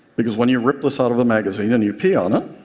because when you rip this out of a magazine and you pee on it,